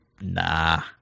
Nah